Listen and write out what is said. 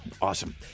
Awesome